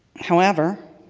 however,